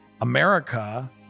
America